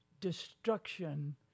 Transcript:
destruction